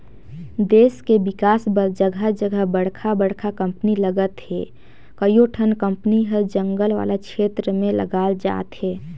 देस के बिकास बर जघा जघा बड़का बड़का कंपनी लगत हे, कयोठन कंपनी हर जंगल वाला छेत्र में लगाल जाथे